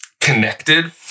Connected